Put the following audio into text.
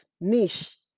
niche